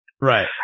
Right